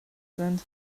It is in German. sind